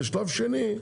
ושלב שני,